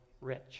rich